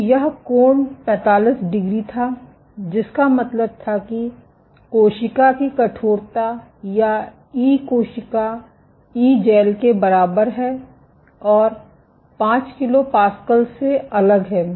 तो यह कोण 45 डिग्री था जिसका मतलब था कि कोशिका की कठोरता या ईकोशिका ईजैल के बराबर है और 5 किलो पास्कल से अलग है